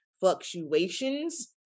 fluctuations